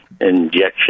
injection